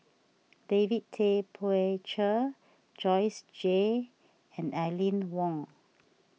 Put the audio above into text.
David Tay Poey Cher Joyce Jue and Aline Wong